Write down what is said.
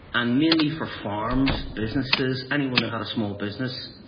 and mainly for farms, businesses, anyone that had a small business.